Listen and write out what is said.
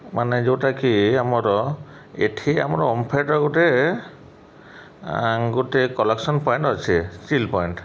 ମାନେ ଯେଉଁଟାକି ଆମର ଏଇଠି ଆମର ଓମଫେଡ଼୍ର ଗୋଟେ ଗୋଟେ କଲେକ୍ସନ୍ ପଏଣ୍ଟ୍ ଅଛେ ଚିଲ୍ ପଏଣ୍ଟ୍